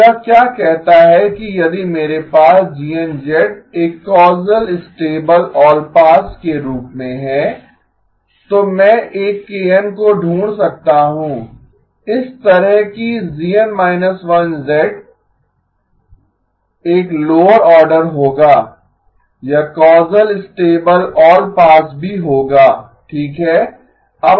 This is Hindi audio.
तो यह क्या कहता है कि यदि मेरे पास GN एक कौसल स्टेबल ऑलपास के रूप में है तो मैं एक kN को ढूँढ सकता हूँ इस तरह कि GN −1 एक लोअर आर्डर होगा यह कौसल स्टेबल ऑलपास भी होगा ठीक है